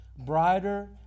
Brighter